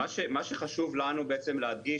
מה שחשוב לנו להדגיש,